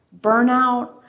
burnout